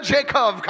Jacob